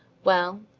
well,